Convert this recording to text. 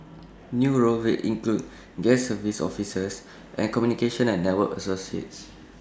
new roles will include guest services officers and communication and network associates